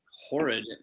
horrid